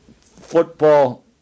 football